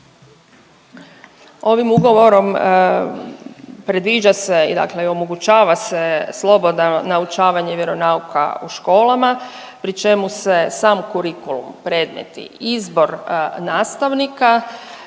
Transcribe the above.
Ovim ugovorom predviđa se i dakle i omogućava se slobodno naučavanje vjeronauka u školama pri čemu se sam kurikulum, predmeti, izbor nastavnika